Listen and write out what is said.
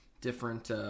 different